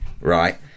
right